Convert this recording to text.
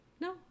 No